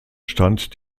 stand